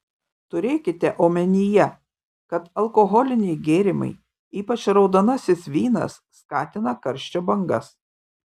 turėkite omenyje kad alkoholiniai gėrimai ypač raudonasis vynas skatina karščio bangas